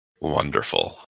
Wonderful